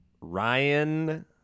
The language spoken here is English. ryan